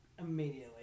Immediately